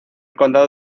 condado